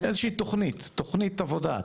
איזושהי תוכנית עבודה,